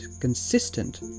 consistent